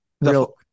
Real